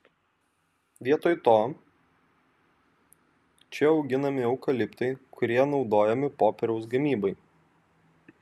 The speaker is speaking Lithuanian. vietoj to čia auginami eukaliptai kurie naudojami popieriaus gamybai